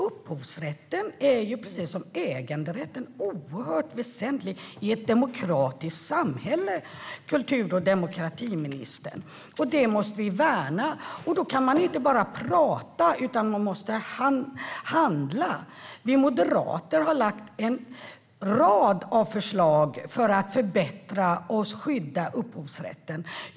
Upphovsrätten är precis som äganderätten oerhört väsentlig i ett demokratiskt samhälle, kultur och demokratiministern. Det måste vi värna, och då kan man inte bara prata, utan man måste handla. Vi moderater har lagt fram en rad förslag för att förbättra och skydda upphovsrätten.